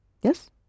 Yes